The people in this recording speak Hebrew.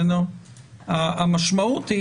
המשמעות היא